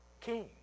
king